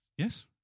Yes